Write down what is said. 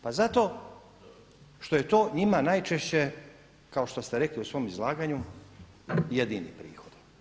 Pa zato što je to njima najčešće kao što ste rekli u svom izlaganju jedini prihod.